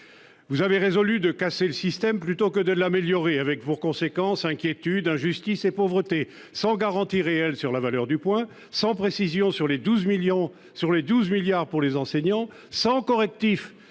Vous avez résolu de casser le système plutôt que de l'améliorer, avec pour conséquences inquiétudes, injustices et pauvreté, sans garantie réelle sur la valeur du point, sans précisions sur les 12 milliards d'euros pour les enseignants, sans correctifs